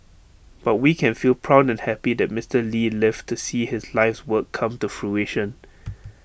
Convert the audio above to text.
but we can feel proud and happy that Mister lee lived to see his life's work come to fruition